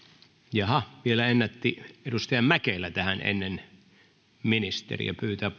jaha vielä ennätti edustaja mäkelä tähän ennen ministeriä pyytää